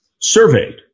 surveyed